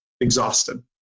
exhausted